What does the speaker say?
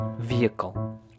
Vehicle